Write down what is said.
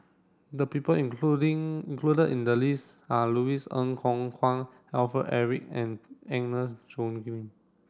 the people including included in the list are Louis Ng Kok Kwang Alfred Eric and Agnes Joaquim